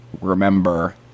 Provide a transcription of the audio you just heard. remember